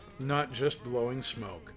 NotJustBlowingSmoke